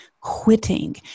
quitting